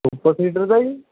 super seeder ਦਾ ਜੀ